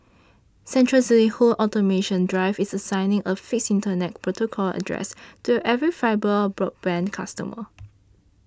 central to its home automation drive is assigning a fixed Internet protocol address to every fibre broadband customer